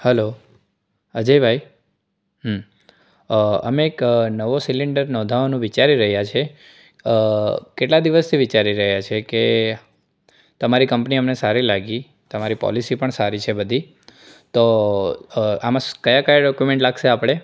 hello Ajaybhai હમ અમે એક નવો સિલિન્ડર નોંધાવાનું વિચારી રહ્યા છે કેટલા દિવસથી વિચારી રહ્યા છે કે તમારી કંપની અમને સારી લાગી તમારી પોલિસી પણ સારી છે બધી તો આમાં ક્યાં ક્યાં ડોકયુમેન્ટ્સ લાગશે આપણે